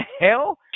hell